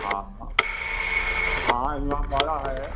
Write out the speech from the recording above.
हाँ हाँ इमामबाड़ा है